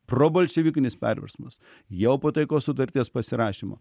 pro bolševikinis perversmas jau po taikos sutarties pasirašymo